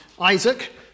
Isaac